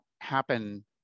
happen